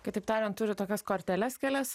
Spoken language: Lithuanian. kitaip tariant turi tokias korteles kelias